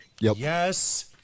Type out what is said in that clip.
yes